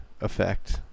effect